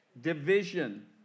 division